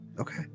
Okay